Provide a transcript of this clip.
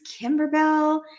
Kimberbell